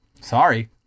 Sorry